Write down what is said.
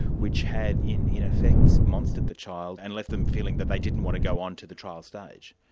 which had in in effect monstered the child and left them feeling that they didn't want to go on to the trial stage.